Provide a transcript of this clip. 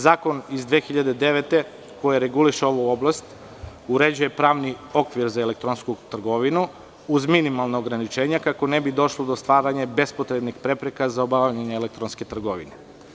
Zakon iz 2009. godine, koji reguliše ovu oblast, uređuje pravni okvir za elektronsku trgovinu, uz minimalna ograničenja, kako ne bi došlo do stvaranja bespotrebnih prepreka za obavljanje elektronske trgovine.